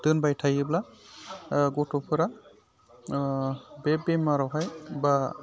दोनबाय थायोब्ला गथ'फोरा बे बेमारावहाय बा